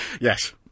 Yes